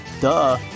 Duh